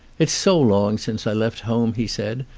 it's so long since i left home, he said,